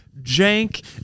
jank